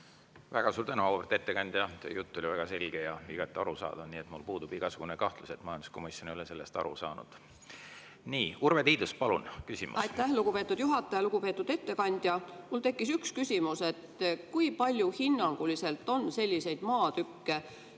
Väga suur tänu, auväärt ettekandja! Teie jutt oli väga selge ja igati arusaadav, nii et mul puudub igasugune kahtlus, et majanduskomisjon [on] sellest aru saanud. Nii. Urve Tiidus, palun, küsimus! Aitäh, lugupeetud juhataja! Lugupeetud ettekandja! Mul tekkis üks küsimus. Kui palju hinnanguliselt on selliseid maatükke,